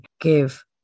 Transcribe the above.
give